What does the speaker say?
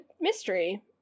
mystery